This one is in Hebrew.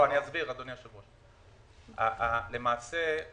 אדוני היושב-ראש, אני אסביר: